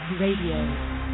Radio